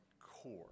core